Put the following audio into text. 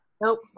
Nope